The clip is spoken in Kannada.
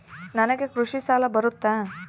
ನನಗೆ ಕೃಷಿ ಸಾಲ ಬರುತ್ತಾ?